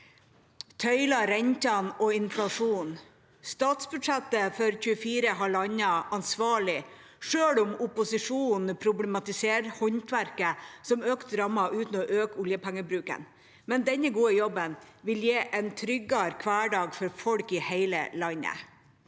tøyler rentene og inflasjonen. Statsbudsjettet for 2024 har landet ansvarlig selv om opposisjonen problematiserer håndverket som økte rammen uten å øke oljepengebruken. Denne gode jobben vil gi en tryggere hverdag for folk i hele landet.